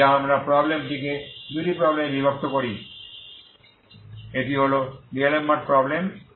যা আমরা প্রবলেম টিকে দুটি প্রবলেম য় বিভক্ত করি একটি হল ডিআলেমবার্টের প্রবলেম DAlemberts problem